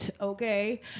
okay